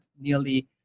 nearly